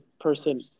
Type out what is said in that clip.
person